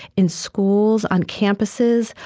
in schools, on campuses,